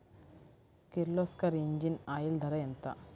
Kirloskar engine oil ధర ఎంత?